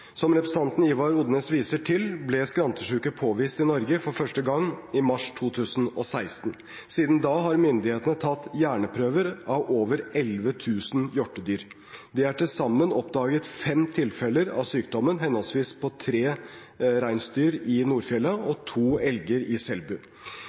Som representanten Ivar Odnes viser til, ble skrantesjuke påvist i Norge for første gang i mars 2016. Siden da har myndighetene tatt hjerneprøver av over 11 000 hjortedyr. Det er til sammen oppdaget fem tilfeller av sykdommen, henholdsvis på tre reinsdyr i Nordfjella og